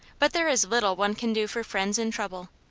but there is little one can do for friends in trouble.